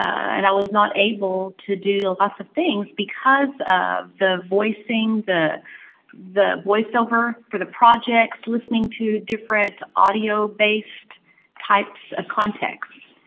and i will not be able to do lots of things, because of the voicing, the the voice-over for the projects, listening to different audio-based types of context.